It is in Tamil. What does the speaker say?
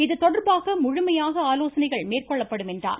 இதுதொடர்பாக முழுமையாக ஆலோசனைகள் மேற்கொள்ளப்படும் என்றார்